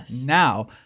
now